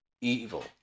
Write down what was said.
evil